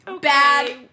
Bad